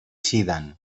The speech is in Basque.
zidan